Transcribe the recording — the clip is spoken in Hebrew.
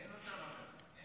אין עוד צבא כזה.